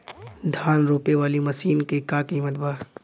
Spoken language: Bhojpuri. धान रोपे वाली मशीन क का कीमत बा?